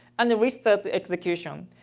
and then restart the execution.